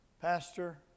Pastor